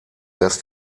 dass